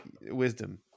wisdom